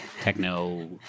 Techno